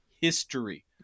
history